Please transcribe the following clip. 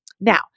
Now